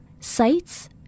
Sites